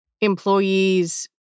employees